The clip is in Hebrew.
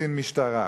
קצין משטרה.